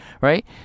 right